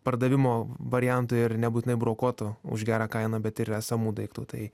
pardavimo variantų ir nebūtinai brokuotų už gerą kainą bet ir esamų daiktų tai